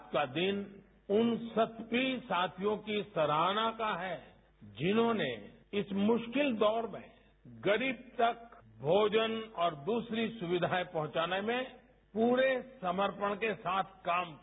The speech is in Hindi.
आज का दिन उन सभी साथियों की सराहना का है जिन्होंने इस मुश्किल दौर में गरीब तक भोजन और दूसरी सुविधाए पहुंचाने मेँ पूरे समर्पण के साथ काम किया